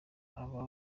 aba